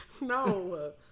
No